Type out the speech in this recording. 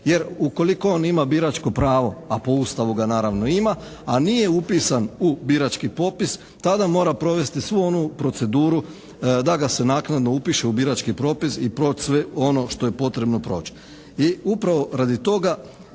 Jer ukoliko on ima biračko pravo, a po Ustavu ga naravno ima, a nije upisan u birački popis tada mora provesti svu onu proceduru da ga se naknadno upiše u birački propis i proći sve ono što je potrebno proći.